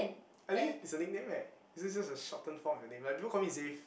Ally is a nickname right is it just a short term form of your name like people call me Xav